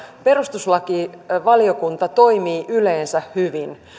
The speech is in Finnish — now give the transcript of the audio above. perustuslakivaliokunta toimii yleensä hyvin